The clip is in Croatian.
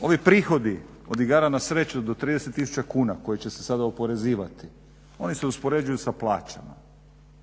Ovi prihodi od igara na sreću do 30 tisuća kuna koje će se sada oporezivati oni se uspoređuju sa plaćama.